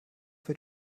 wird